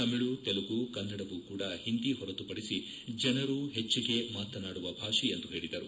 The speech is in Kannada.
ತಮಿಳು ತೆಲುಗು ಕನ್ನಡವೂ ಕೂಡಾ ಹಿಂದಿ ಹೊರತುಪಡಿಸಿ ಜನರು ಹೆಚ್ಚಿಗೆ ಮಾತನಾಡಲಿದ್ದಾರೆ ಎಂದು ಹೇಳಿದರು